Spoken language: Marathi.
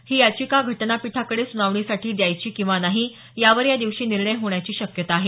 ही याचिका घटनापीठाकडे सुनावणीसाठी द्यायची किंवा नाही यावर यादिवशी निर्णय होण्याची शक्यता आहे